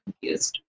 confused